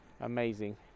amazing